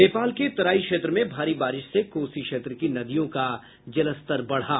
नेपाल के तराई क्षेत्र में भारी बारिश से कोसी क्षेत्र की नदियों का जलस्तर बढ़ा